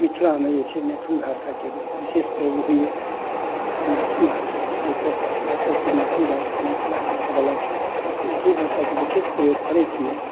मिथिलामे जे छै मैथिली भाषाके विशेष प्रयोग होइया आओर मैथिली भाषाकेँ प्रयोग कऽ कऽ हमरा सभकेँ मैथिली भाषा मिथिलाके रहऽ बला छी मैथिली भाषाकेँ विशेष प्रयोग करैतमे